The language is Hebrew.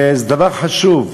וזה דבר חשוב,